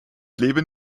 leben